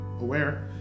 aware